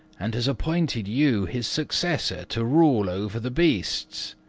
and has appointed you his successor to rule over the beasts.